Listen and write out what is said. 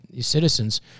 citizens